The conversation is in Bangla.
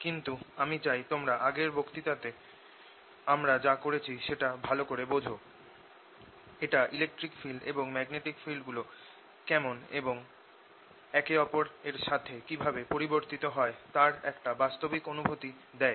কিন্তু আমি চাই তোমরা আগের বক্তৃতাতে আমরা যা করেছি সেটা ভাল করে বোঝ এটা ইলেকট্রিক এবং ম্যাগনেটিক ফিল্ডগুলো কেমন এবং একে অপরের সাথে কীভাবে পরিবর্তিত হয় তার একটা বাস্তবিক অনুভূতি দেয়